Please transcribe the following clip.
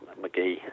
McGee